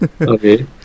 Okay